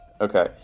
Okay